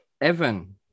Evan